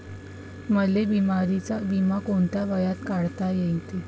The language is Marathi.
मले बिमारीचा बिमा कोंत्या वयात काढता येते?